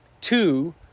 two